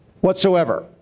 Whatsoever